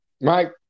Mike